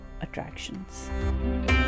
attractions